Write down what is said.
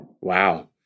Wow